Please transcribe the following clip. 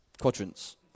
quadrants